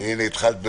תפילות וטקס